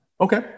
Okay